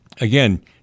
again